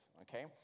okay